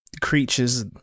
creatures